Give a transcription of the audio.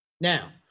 Now